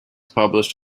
published